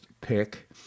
pick